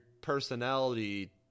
personality